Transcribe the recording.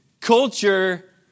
culture